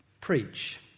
preach